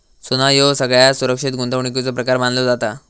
सोना ह्यो सगळ्यात सुरक्षित गुंतवणुकीचो प्रकार मानलो जाता